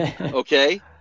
Okay